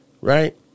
right